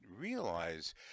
realize